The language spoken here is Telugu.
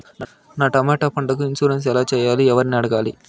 నా టమోటా పంటకు ఇన్సూరెన్సు ఎలా చెయ్యాలి? ఎవర్ని అడగాలి?